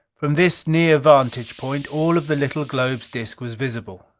from this near vantage point, all of the little globe's disc was visible.